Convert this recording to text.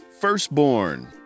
Firstborn